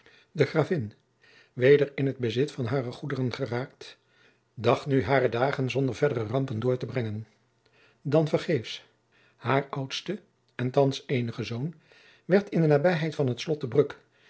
de gravin weder in t bezit van hare goederen geraakt dacht nu hare dagen zonder verdere rampen door te brengen dan vergeefs haar oudste en thands eenige zoon werd in de nabijheid van het slot